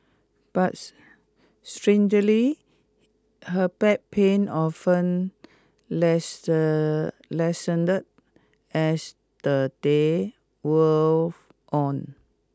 but her back pain often lessened as the day wore on